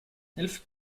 helft